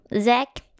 Zach